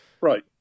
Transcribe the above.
Right